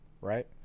right